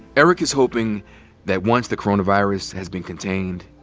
eric is hoping that once the coronavirus has been contained,